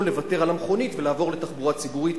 לוותר על המכונית ולעבור לתחבורה ציבורית,